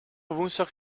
woensdag